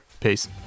Peace